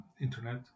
internet